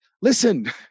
listen